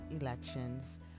elections